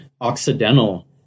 Occidental